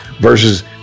versus